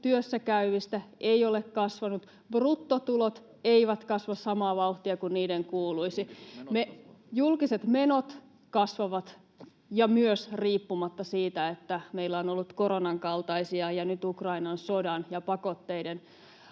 työssä käyvistä ei ole kasvanut. Bruttotulot eivät kasva samaa vauhtia kuin niiden kuuluisi. [Eduskunnasta: Julkiset menot kasvavat!] — Julkiset menot kasvavat ja myös riippumatta siitä, että meillä on ollut koronan kaltaisia ja nyt Ukrainan sodan ja pakotteiden